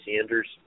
Sanders